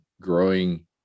growing